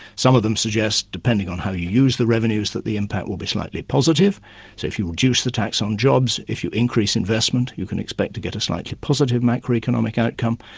some of them suggest, depending on how you use the revenues, that the impact will be slightly positive, so if you reduce the tax on jobs, if you increase investments, you can expect to get a slightly positive macroeconomic outcome.